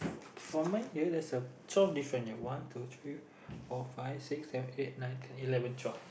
from mine ya there's twelve different one two three four five six seven eight nine ten eleven twelve